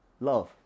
love